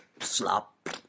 Slop